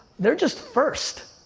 they're just first.